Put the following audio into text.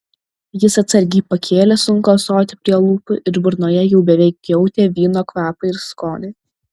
jis atsargiai pakėlė sunkų ąsotį prie lūpų ir burnoje jau beveik jautė vyno kvapą ir skonį